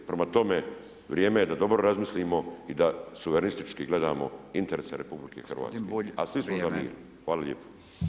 Prema tome, vrijeme je da dobro razmislimo i da suverenistički gledamo interese RH a svi smo … Hvala lijepo.